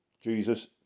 Jesus